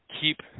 keep